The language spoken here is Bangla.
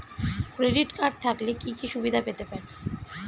ক্রেডিট কার্ড থাকলে কি কি সুবিধা পেতে পারি?